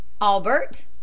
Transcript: Albert